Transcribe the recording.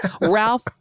Ralph